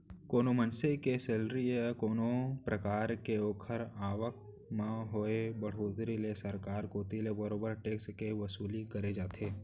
कोनो मनसे के सेलरी या अउ कोनो परकार के ओखर आवक म होय बड़होत्तरी ले सरकार कोती ले बरोबर टेक्स के वसूली करे जाथे